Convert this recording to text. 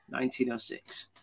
1906